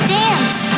dance